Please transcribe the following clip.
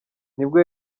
nibwo